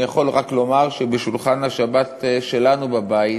אני יכול רק לומר שבשולחן השבת שלנו בבית